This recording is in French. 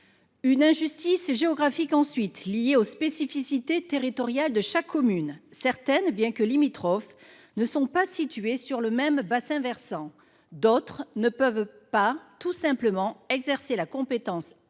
Une injustice géographique, deuxièmement, liée aux spécificités territoriales de chaque commune. Certaines, bien que limitrophes, ne sont pas situées sur le même bassin versant. D’autres ne peuvent tout simplement pas exercer la compétence